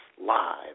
live